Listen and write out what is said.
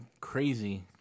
crazy